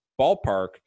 ballpark